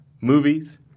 movies